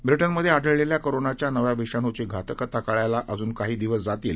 ब्रिटनमध्येआढळेल्याकोरोनाच्यानव्याविषाण्चीघातकताकळायलाअज्नकाहीदिवसजातील